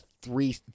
three